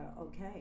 okay